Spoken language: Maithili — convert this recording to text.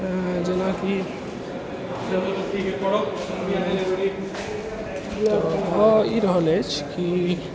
जेनाकि भऽ ई रहल अछि कि